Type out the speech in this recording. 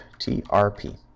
TRP